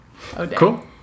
Cool